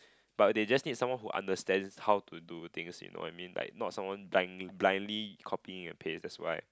but they just need someone who understands how to do things you know what I mean like not someone blindly blindly copying and paste that's why